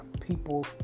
people